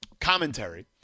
commentary